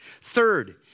Third